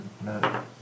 No